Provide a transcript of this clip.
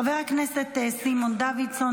חבר הכנסת סימון דוידסון,